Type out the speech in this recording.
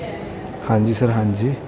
ਹਾਂਜੀ ਸਰ ਹਾਂਜੀ